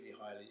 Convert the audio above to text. highly